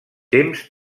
temps